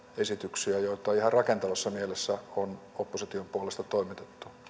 esityksiä joita ihan rakentavassa mielessä on opposition puolesta toimitettu